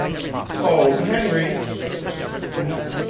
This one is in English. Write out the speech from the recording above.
oh, henry, said mrs. knapp,